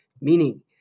Meaning